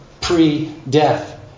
pre-death